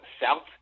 South